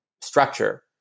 structure